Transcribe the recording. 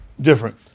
different